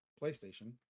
PlayStation